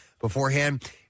beforehand